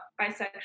bisexual